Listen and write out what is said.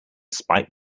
spite